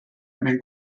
mewn